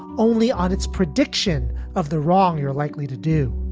only on its prediction of the wrong you're likely to do.